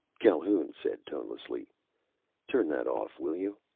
calhoun said tonelessly turn that off, will you?